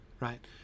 right